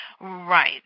Right